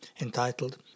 entitled